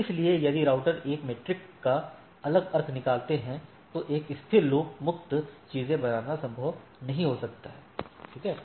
इसलिए यदि राउटर एक मीट्रिक का अलग अर्थ रखते हैं तो एक स्थिर लूप मुक्त चीजें बनाना संभव नहीं हो सकता है ठीक है